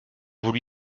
voulu